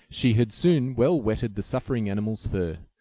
she had soon well wetted the suffering animal's fur.